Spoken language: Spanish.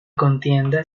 contienda